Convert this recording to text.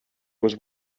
was